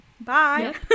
Bye